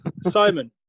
Simon